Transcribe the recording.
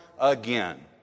again